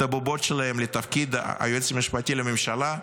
הבובות שלהם לתפקידי היועץ המשפטי לממשלה,